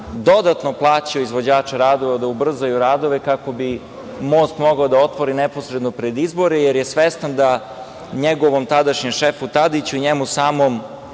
dodatno plaćao izvođače radova da ubrzaju radove, kako bi most mogao da otvori neposredno pred izbore, jer je svestan da njegovom tadašnjem šefu Tadiću i njemu samom